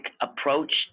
approach